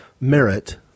merit